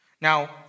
Now